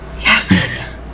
Yes